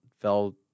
fell